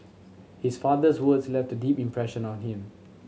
his father's words left a deep impression on him